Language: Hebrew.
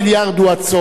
זו טיפה בים.